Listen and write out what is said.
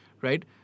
right